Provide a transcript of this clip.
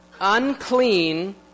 unclean